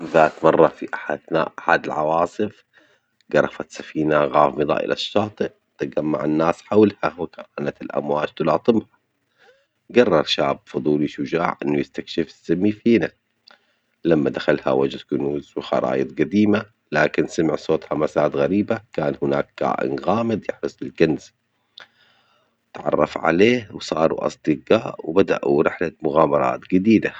ذات مرة في أح -في أثناء أحد العواصف جرفت سفينة غامضة إلى الشاطئ، تجمع الناس حولها وكانت الأمواج تلاطمها، جرر شعب فضولي شجاع إنه يستكشف السم-فينة لما دخلها وجد كنوز وخرايط جديمة لكن سمع صوت همسات غريبة كان هناك كائن غامض يحرس الكنز تعرف عليه وصاروا أصدجاء وبدؤوا رحلة مغامرات جديدة.